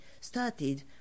started